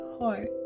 heart